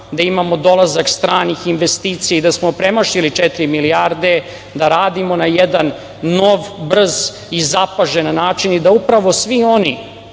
da imamo dolazak stranih investicija i da smo premašili četiri milijarde, da radimo na jedan nov, brz i zapažen način i da upravo svi oni